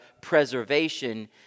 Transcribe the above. preservation